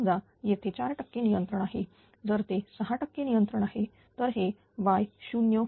समजा येथे 4 टक्के नियंत्रण आहे जर ते 6 टक्के नियंत्रण आहे तर हे yo आहे